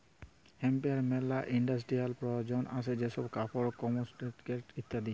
হেম্পের মেলা ইন্ডাস্ট্রিয়াল প্রয়জন আসে যেমন কাপড়, কসমেটিকস ইত্যাদি